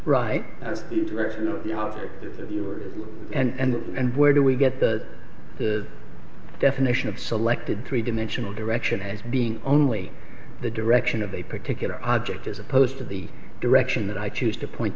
your and where do we get the definition of selected three dimensional direction as being only the direction of a particular object as opposed to the direction that i choose to point